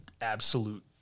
absolute